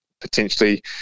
potentially